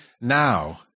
now